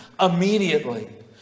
immediately